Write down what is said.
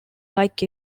like